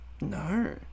No